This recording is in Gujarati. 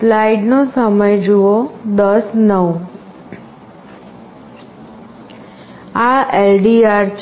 આ LDR